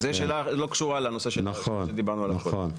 זאת שאלה שלא קשורה לנושא שדיברנו עליו קודם.